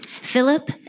Philip